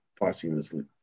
posthumously